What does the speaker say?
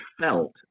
felt